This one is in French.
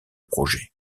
projet